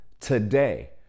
Today